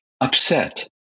upset